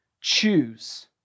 choose